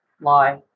lie